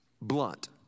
blunt